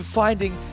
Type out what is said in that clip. finding